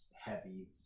heavy